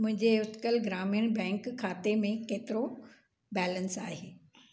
मुंहिंजे उत्कल ग्रामीण बैंक खाते में केतिरो बैलेंस आहे